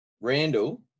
Randall